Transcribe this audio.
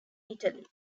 italy